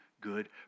good